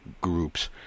groups